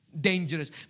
dangerous